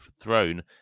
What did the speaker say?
throne